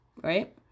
Right